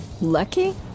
Lucky